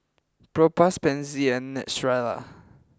Propass Pansy and Neostrata